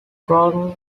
groton